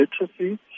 literacy